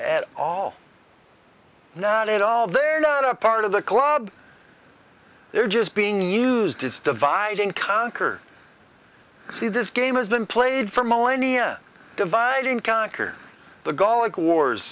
at all not at all they're not a part of the club they're just being used is divide and conquer see this game has been played for millennia and divide and conquer the golic wars